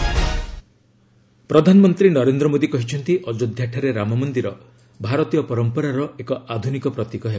PM Ram temple ପ୍ରଧାନମନ୍ତ୍ରୀ ନରେନ୍ଦ୍ର ମୋଦି କହିଛନ୍ତି ଅଯୋଧ୍ୟାଠାରେ ରାମ ମନ୍ଦିର ଭାରତୀୟ ପରମ୍ପରାର ଏକ ଆଧୁନିକ ପ୍ରତୀକ ହେବ